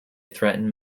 threaten